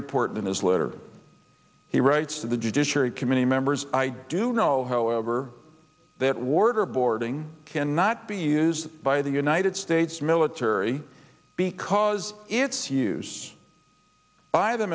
important in his letter he writes to the judiciary committee members i do know however that ward or boarding cannot be used by the united states military because it's used by the